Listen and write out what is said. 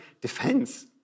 defense